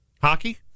Hockey